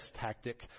tactic